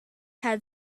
had